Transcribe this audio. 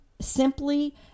simply